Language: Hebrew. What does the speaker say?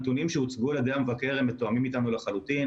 הנתונים שהוצגו על ידי המבקר מתואמים אתנו לחלוטין